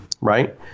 right